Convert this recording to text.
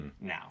now